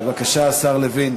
בבקשה, השר לוין.